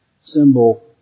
symbol